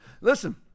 Listen